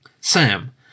Sam